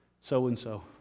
so-and-so